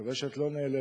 אני מקווה שאת לא נעלבת,